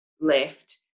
left